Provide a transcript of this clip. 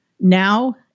now